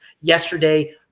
yesterday